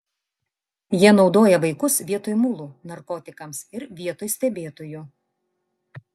jie naudoja vaikus vietoj mulų narkotikams ir vietoj stebėtojų